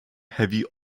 heavy